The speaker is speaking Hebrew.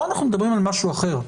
פה אנחנו מדברים על משהו אחר.